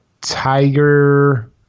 Tiger